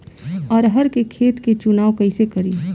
अरहर के खेत के चुनाव कईसे करी?